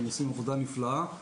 הם עושים עבודה נפלאה.